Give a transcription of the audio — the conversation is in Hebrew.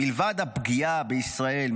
מלבד הפגיעה בישראל,